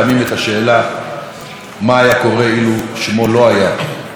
מה היה קורה אילו שמו לא היה אברה מנגיסטו.